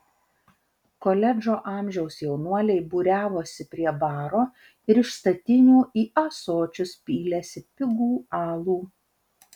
koledžo amžiaus jaunuoliai būriavosi prie baro ir iš statinių į ąsočius pylėsi pigų alų